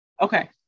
Okay